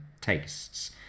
tastes